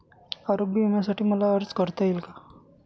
आरोग्य विम्यासाठी मला अर्ज करता येईल का?